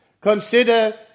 Consider